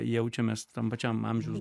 jaučiamės tam pačiam amžiaus